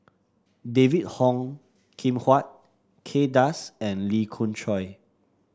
David Ong Kim Huat Kay Das and Lee Khoon Choy